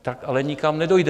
Tak ale nikam nedojdeme.